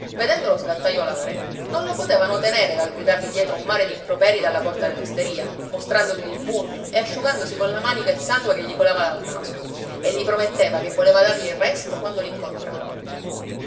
vedendolo sgattaiolare non lo potevano tenere dal gridargli dietro un mare d'improperi dalla porta dell'osteria mostrandogli il pugno e asciugandosi colla manica il sangue che gli colava dal naso e gli prometteva che voleva dargli il resto quando l'incontrava